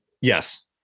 Yes